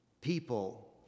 people